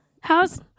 how's